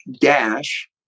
dash